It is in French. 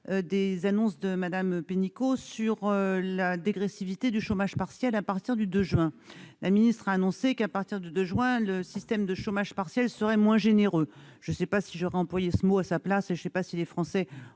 des annonces de Mme Pénicaud sur la dégressivité du chômage partiel à partir du 2 juin. La ministre a annoncé que, à partir du 2 juin, le dispositif de chômage partiel serait moins « généreux ». Je ne sais pas si j'aurais employé ce mot si j'avais été à sa place et je ne sais pas si les Français